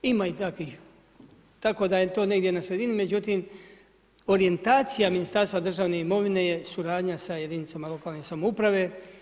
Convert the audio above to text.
Ima i takvih, tako da je to negdje na sredinom, međutim, orijentacija Ministarstva državne imovine je suradnja sa jedinicama lokalne samouprave.